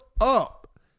up